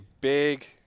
big –